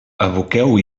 aboqueu